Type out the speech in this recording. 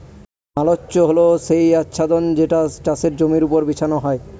mulch হল সেই আচ্ছাদন যেটা চাষের জমির ওপর বিছানো হয়